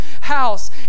house